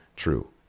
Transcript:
true